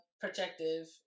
protective